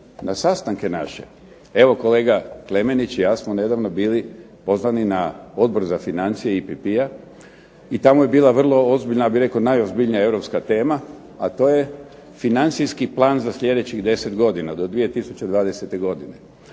na sastanke naše. Evo kolega Klemenić i ja smo nedavno bili pozvani na Odbor za financije IPP-a i tamo je bila vrlo ozbiljna, ja bih rekao najozbiljnija europska tema, a to je financijski plan za sljedećih 10 godina do 2020. godine.